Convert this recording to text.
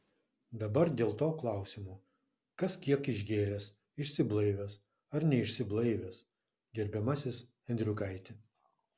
dabar dėl to klausimo kas kiek išgėręs išsiblaivęs ar neišsiblaivęs gerbiamasis endriukaiti